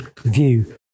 view